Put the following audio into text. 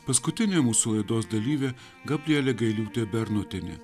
paskutinė mūsų laidos dalyvė gabrielė gailiūtė bernotienė